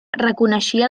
reconeixia